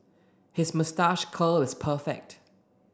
his moustache curl is perfect